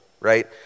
right